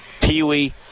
Peewee